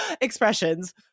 expressions